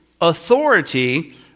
authority